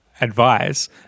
advice